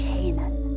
Canaan